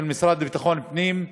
של המשרד לביטחון פנים,